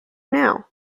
now